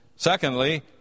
Secondly